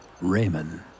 Raymond